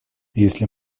если